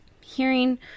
hearing